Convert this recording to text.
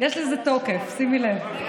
יש לזה תוקף, שימי לב.